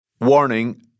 Warning